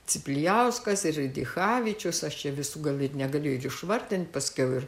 ciplijauskas ir dichavičius aš čia visų gal ir negaliu ir išvardint paskiau ir